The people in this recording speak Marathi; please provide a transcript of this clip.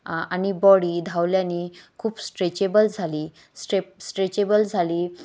आणि बॉडी धावल्यानी खूप स्ट्रेचेबल झाली स्ट्रेप स्ट्रेचेबल झाली